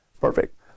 Perfect